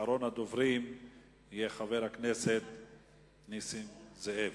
ואחרון הדוברים יהיה חבר הכנסת נסים זאב.